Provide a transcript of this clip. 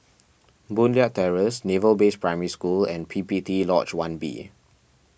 Boon Leat Terrace Naval Base Primary School and P P T Lodge one B